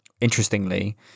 interestingly